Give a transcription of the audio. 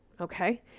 Okay